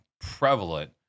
prevalent